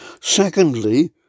Secondly